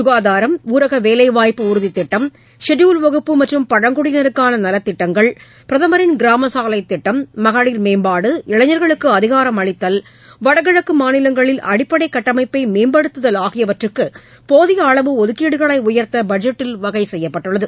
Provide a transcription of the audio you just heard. சுகாதாரம் ஊரக வேலைவாய்பபு உறுதித் திட்டம் ஷெடியூல்டு வகுப்பு மற்றும் பழங்குடியினருக்கான நலத்திட்டங்கள் பிரதமரின் கிராமச்சாலைத் திட்டம் மகளிர் மேம்பாடு இளைஞர்களுக்கு அதிகாரம் அளித்தல் வடகிழக்கு மாநிலங்களில் அடிப்படை கட்டமைப்பை மேம்படுத்துதல் ஆகியவற்றுக்கு போதிய அளவு ஒதுக்கீடுகளை உயர்த்த பட்ஜெட்டில் வகை செய்யப்பட்டுள்ளது